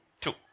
Two